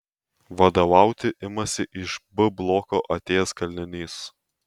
vadovauti imasi iš b bloko atėjęs kalinys